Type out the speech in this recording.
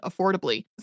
affordably